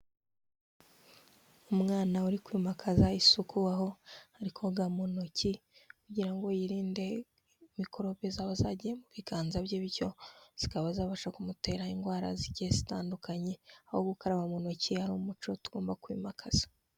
Umwana uri kwimakaza isuku, aho ari koga mu ntoki kugira ngo yirinde mikorobe zaba zagiye mu biganza bye, bityo zikaba zabasha kumutera indwara zigiye zitandukanye, aho gukaraba mu ntoki ari umuco tugomba kwimakaza.